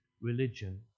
religion